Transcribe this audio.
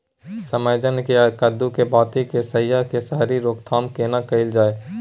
सजमैन आ कद्दू के बाती के सईर के झरि के रोकथाम केना कैल जाय?